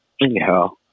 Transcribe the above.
Anyhow